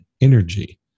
energy